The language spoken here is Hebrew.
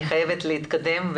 אני חייבת להתקדם.